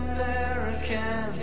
American